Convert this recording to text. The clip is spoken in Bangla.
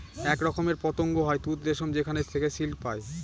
এক রকমের পতঙ্গ হয় তুত রেশম যেখানে থেকে সিল্ক পায়